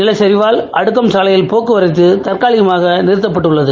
நிலச்சரிவு காரணமாக அடுக்கம்சாலையில் டோக்குவரத்து தற்காலிகமாக நிறுத்தப்பட்டுள்ளது